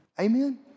Amen